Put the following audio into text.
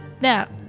Now